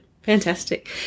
fantastic